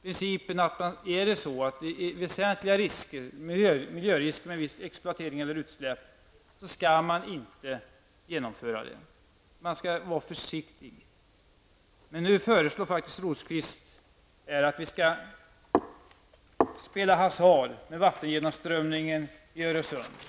Finns det väsentliga miljörisker med en viss exploatering eller ett utsläpp skall man inte genomföra det. Man skall vara försiktig. Men nu föreslår faktiskt Birger Rosqvist här att vi skall spela hasard med vattengenomströmningen i Öresund.